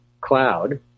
cloud